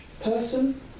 person